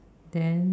then uh